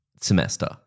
semester